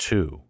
Two